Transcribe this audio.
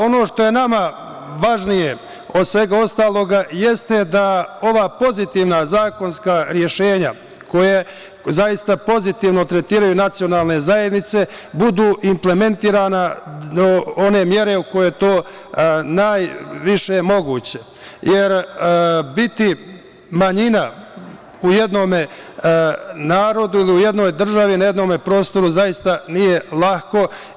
Ono što je nama važnije od svega ostalog jeste da ova pozitivna zakonska rešenja koja zaista pozitivno tretiraju nacionalne zajednice, budu implementirane do one mere u kojoj je to najviše moguće, jer biti manjina u jednom narodu ili u jednoj državi, na jednom prostoru zaista nije lako.